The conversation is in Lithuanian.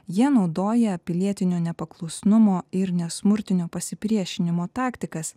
jie naudoja pilietinio nepaklusnumo ir nesmurtinio pasipriešinimo taktikas